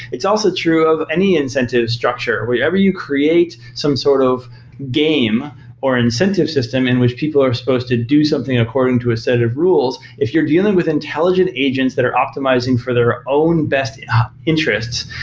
it's also true of any incentive structure. whenever you create some sort of game or an incentive system and which people are supposed to do something according to a set of rules, if you're dealing with intelligent agents that are optimizing for their own best interests,